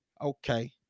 Okay